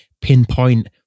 pinpoint